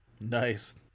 Nice